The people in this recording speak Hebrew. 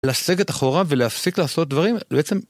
לסגת אחורה ולהפסיק לעשות דברים בעצם.